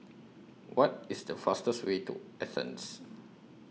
What IS The fastest Way to Athens